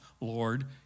Lord